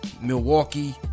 Milwaukee